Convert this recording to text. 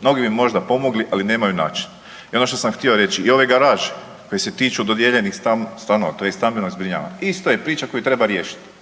Mnogi bi možda pomogli ali nemaju način. I ono što sam htio reći i ove garaže koje se tiču dodijeljenih stanova tj. stambeno zbrinjavanje isto je priča koju treba riješiti.